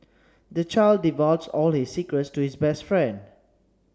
the child divulged all his secrets to his best friend